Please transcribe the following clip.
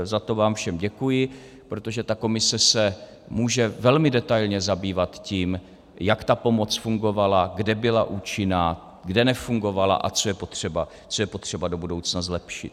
Za to vám všem děkuji, protože komise se může velmi detailně zabývat tím, jak pomoc fungovala, kde byla účinná, kde nefungovala a co je potřeba do budoucna zlepšit.